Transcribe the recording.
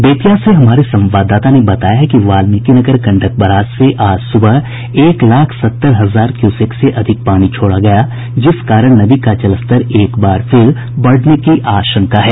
बेतिया से हमारे संवाददाता ने बताया है कि वाल्मीकीनगर गंडक बराज से आज सुबह एक लाख सत्तर हजार क्यूसेक से अधिक पानी छोड़ा गया जिस कारण नदी का जलस्तर एकबार फिर बढ़ने की आशंका है